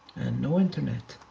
and no internet.